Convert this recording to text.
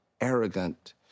arrogant